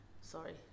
Sorry